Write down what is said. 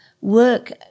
work